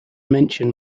mention